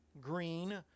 green